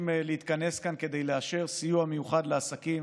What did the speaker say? להתכנס כאן כדי לאשר סיוע מיוחד לעסקים,